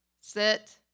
Sit